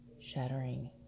shattering